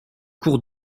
cours